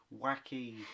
wacky